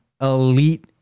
elite